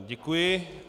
Děkuji.